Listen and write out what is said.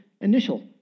initial